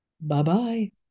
Bye-bye